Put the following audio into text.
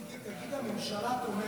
מיקי, תגיד שהממשלה תומכת.